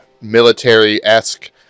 military-esque